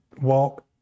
walk